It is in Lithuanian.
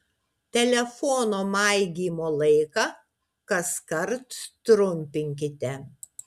telefono maigymo laiką kaskart trumpinkite